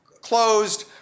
closed